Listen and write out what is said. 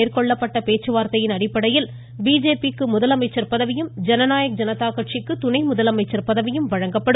மேற்கொள்ளப்பட்ட பேச்சுவார்த்தையின் இதுதொடர்பாக பிஜேபிக்கு அடிப்படையில் முதலமைச்சர் பதவியும் ஜனநாயக் ஜனதா கட்சிக்கு துணை முதலமைச்சர் பதவியும் வழங்கப்படும்